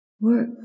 work